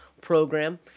program